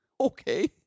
Okay